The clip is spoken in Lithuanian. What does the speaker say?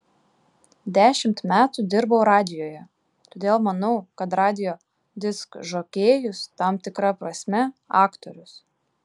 dešimt metų dirbau radijuje todėl manau kad radijo diskžokėjus tam tikra prasme aktorius